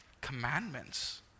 commandments